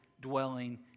Dwelling